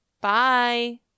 Bye